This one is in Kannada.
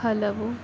ಹಲವು